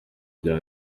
bya